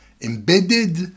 embedded